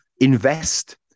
Invest